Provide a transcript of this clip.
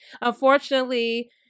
Unfortunately